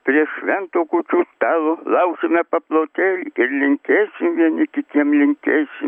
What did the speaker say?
prie švento kūčių stalo laušime paplotėlį ir linkėsim vieni kitiem linkėsim